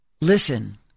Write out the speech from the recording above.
Listen